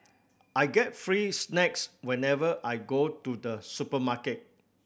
I get free snacks whenever I go to the supermarket